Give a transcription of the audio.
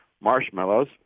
marshmallows